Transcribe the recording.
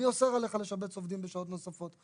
אני אוסר עליך לשבץ עובדים בשעות נוספות.